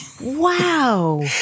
Wow